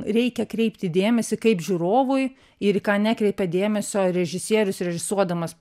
reikia kreipti dėmesį kaip žiūrovui ir į ką nekreipia dėmesio režisierius režisuodamas